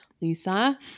Lisa